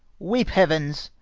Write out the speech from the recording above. weep, heavens,